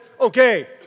Okay